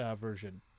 version